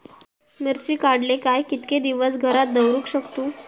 मिर्ची काडले काय कीतके दिवस घरात दवरुक शकतू?